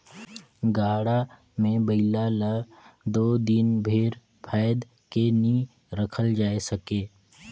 गाड़ा मे बइला ल दो दिन भेर फाएद के नी रखल जाए सके